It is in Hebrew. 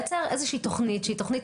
צריך לייצר איזושהי תוכנית שהיא תוכנית